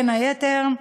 בין היתר,